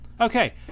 Okay